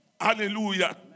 Hallelujah